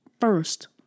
first